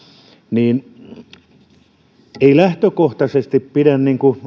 niin ettei lähtökohtaisesti pidä